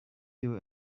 you